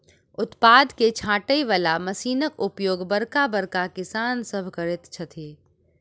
उत्पाद के छाँटय बला मशीनक उपयोग बड़का बड़का किसान सभ करैत छथि